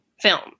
film